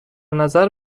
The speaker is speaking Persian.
نظر